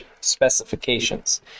specifications